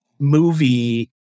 movie